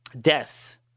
deaths